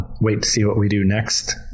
wait-to-see-what-we-do-next